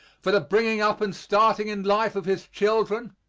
for the bringing up and starting in life of his children,